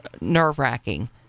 nerve-wracking